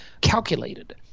calculated